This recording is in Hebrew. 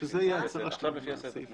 בואו נקריא שוב את סעיף (א) נעשה סעיף סעיף.